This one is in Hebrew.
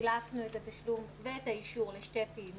חילקנו את התשלום ואת האישור לשתי פעימות,